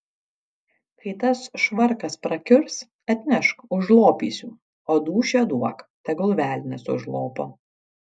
kai tas švarkas prakiurs atnešk užlopysiu o dūšią duok tegul velnias užlopo